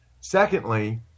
Secondly